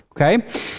Okay